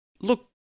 look